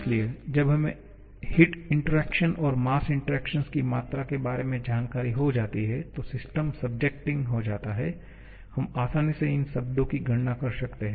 इसलिए जब हमें हीट इंटरेक्शन और मास इंटरेक्शन की मात्रा के बारे में जानकारी हो जाती है तो सिस्टम सब्जेक्टिंग हो जाता है हम आसानी से इन शब्दों की गणना कर सकते हैं